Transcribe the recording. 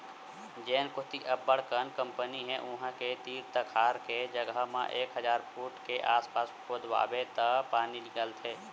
जेन कोती अब्बड़ अकन कंपनी हे उहां के तीर तखार के जघा म एक हजार फूट के आसपास खोदवाबे त पानी निकलथे